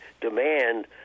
demand